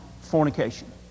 fornication